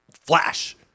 flash